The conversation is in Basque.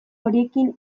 horiekin